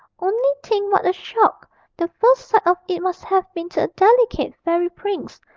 only think what a shock the first sight of it must have been to a delicate fairy prince,